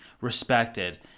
respected